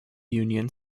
union